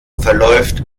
verläuft